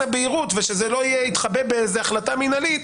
הבהירות ושזה לא יתחבא באיזה החלטה מנהלית,